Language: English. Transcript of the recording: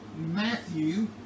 Matthew